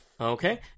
Okay